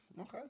Okay